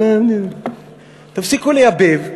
תפסיקו לייבב,